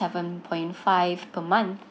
seven point five per month